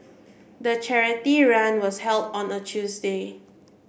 the charity run was held on a Tuesday